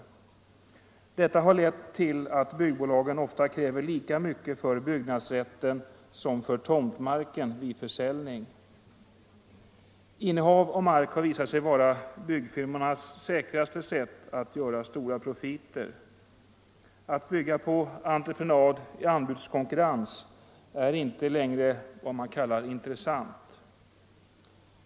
Detta har lett till att byggbolagen ofta kräver lika mycket för byggnadsrätten som för tomtmarken vid försäljning. Innehav av mark har visat sig vara byggfirmornas säkraste sätt att göra stora profiter. Att bygga på entreprenad i anbudskonkurrens är inte längre ”intressant”.